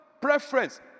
preference